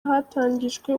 hatangijwe